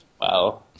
Wow